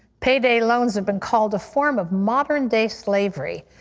payday loans have been called a form of modern day slavery.